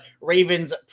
Ravens